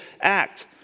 act